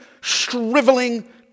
shriveling